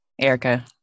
Erica